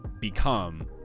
become